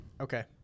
Okay